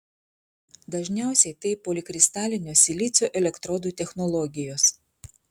dažniausiai tai polikristalinio silicio elektrodų technologijos